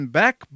back